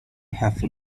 have